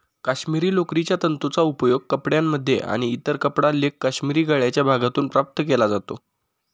काश्मिरी लोकरीच्या तंतूंचा उपयोग कपड्यांमध्ये आणि इतर कपडा लेख काश्मिरी गळ्याच्या भागातून प्राप्त केला जातो